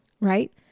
Right